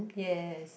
yes